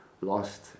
lost